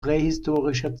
prähistorischer